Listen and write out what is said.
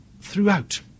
throughout